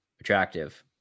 attractive